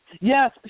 Yes